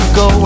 go